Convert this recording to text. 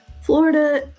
Florida